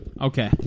Okay